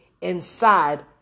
inside